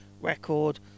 record